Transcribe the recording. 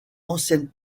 ancienne